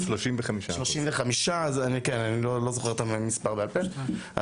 35%. אני לא זוכר את המספר בעל פה,